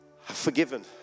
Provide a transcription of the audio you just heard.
forgiven